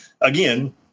again